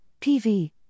PV